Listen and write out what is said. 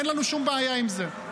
אין לנו שום בעיה עם זה.